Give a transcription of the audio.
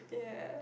yeah